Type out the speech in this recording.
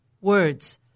words